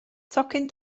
tocyn